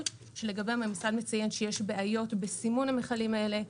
שלגביהם המשרד מציין שיש בעיות בסימון המכלים האלה.